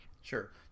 Sure